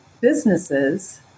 businesses